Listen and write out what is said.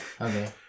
Okay